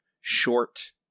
short